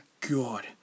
god